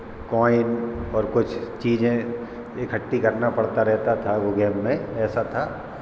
coin और कुछ चीज़ें इकट्ठी करना पड़ता रहता था वो गेम में ऐसा था